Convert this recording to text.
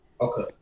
Okay